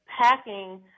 packing